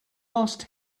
asked